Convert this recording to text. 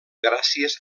gràcies